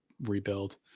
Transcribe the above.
rebuild